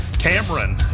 Cameron